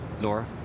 Nora